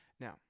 Now